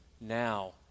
Now